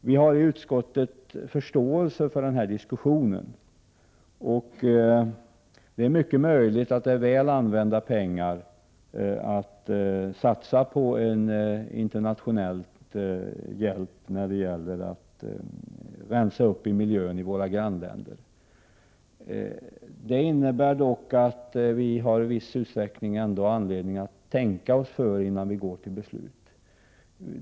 Vi har i utskottet förståelse för den diskussionen, och det är mycket möjligt att det är väl använda pengar att satsa på en internationell hjälp till att rensa upp i miljön i våra grannländer. Vi har dock anledning att tänka oss förr innan vi går till beslut.